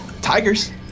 tigers